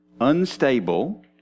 unstable